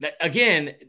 Again